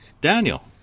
daniel